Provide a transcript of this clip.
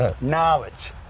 Knowledge